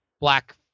black